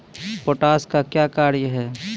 Potash का क्या कार्य हैं?